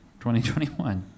2021